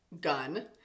gun